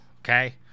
okay